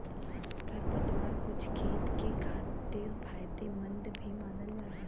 खरपतवार कुछ खेत के खातिर फायदेमंद भी मानल जाला